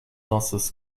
losses